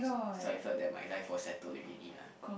so I felt that my life was settled already lah